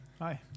Hi